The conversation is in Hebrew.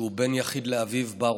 שהוא בן יחיד לאביו ברוך.